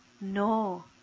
No